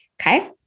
Okay